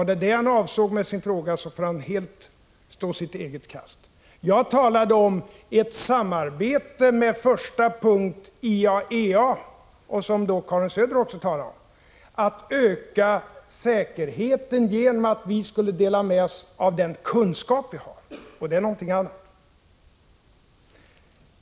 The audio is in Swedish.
Där får han helt stå sitt eget kast, om det var det han avsåg med sin fråga. Jag talade om ett samarbete med IAEA, som också Karin Söder talade om, om att öka säkerheten genom att vi skulle dela med oss av den kunskap vi har, och det är någonting annat.